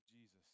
Jesus